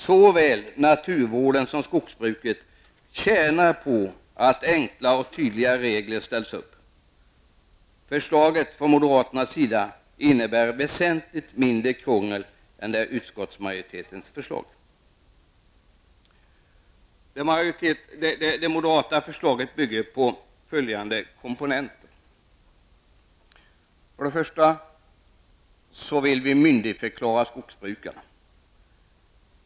Såväl naturvården som skogsbruket tjänar på att enkla och tydliga regler ställs upp. Moderaternas förslag innebär väsentligt mindre krångel än utskottsmajoritetens förslag. Det moderata förslaget bygger på följande komponenter. Först och främst vill vi myndigförklara skogsbrukarna.